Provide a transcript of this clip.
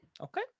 Okay